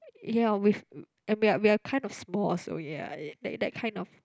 ya with and we are we are kind of small so ya that that kind of